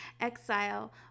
exile